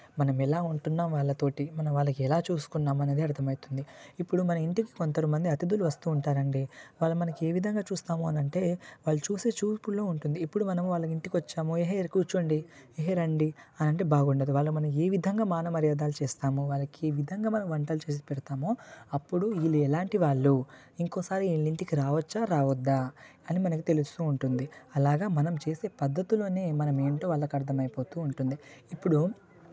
మనం ఎలా ఉంటున్నాము వాళ్ళతోటి మనం వాళ్ళని ఎలా చూసుకున్నాం అనేది అర్థమవుతుంది ఇప్పుడు ఇంటికి మనకు కొంతమంది అతిథులు వస్తు ఉంటారండి వాళ్ళని మనం ఏ విధంగా చూస్తాము అంటే వాళ్ళని చూసే చూపులో ఉంటుంది ఇప్పుడు మనం ఇంటికి వచ్చాము ఎహే కూర్చోండి ఎహే రండి అని అంటే బాగుండదు వాళ్ళు మనం ఏ విధంగా మాన మర్యాదలు చేస్తామో వాళ్ళకి ఏ విధంగా వంటలు చేసి పెడతామో అప్పుడు వీళ్ళు ఎలాంటి వాళ్ళు ఇంకోసారి వీళ్ళ ఇంటికి రావచ్చా రావద్దా అని మనకి తెలుస్తు ఉంటుంది అలాగా మనం చేసే పద్ధతిలోనే మనం ఏంటో వాళ్ళకి అర్థం అయిపోతు ఉంటుంది ఇప్పుడు